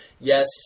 Yes